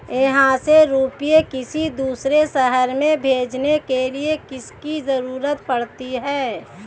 यहाँ से रुपये किसी दूसरे शहर में भेजने के लिए किसकी जरूरत पड़ती है?